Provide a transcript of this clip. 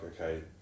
okay